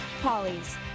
Polly's